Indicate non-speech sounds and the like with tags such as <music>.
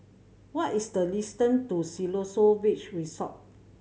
what is the <unintelligible> to Siloso Beach Resort